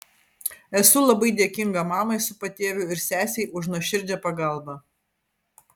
esu labai dėkinga mamai su patėviu ir sesei už nuoširdžią pagalbą